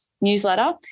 newsletter